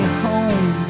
home